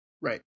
Right